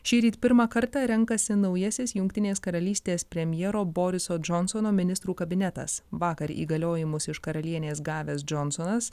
šįryt pirmą kartą renkasi naujasis jungtinės karalystės premjero boriso džonsono ministrų kabinetas vakar įgaliojimus iš karalienės gavęs džonsonas